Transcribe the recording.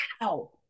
wow